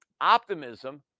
optimism